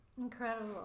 Incredible